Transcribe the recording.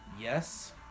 yes